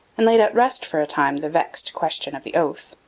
and laid at rest for a time the vexed question of the oath.